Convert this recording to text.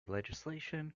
legislation